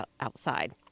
outside